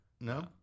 No